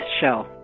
show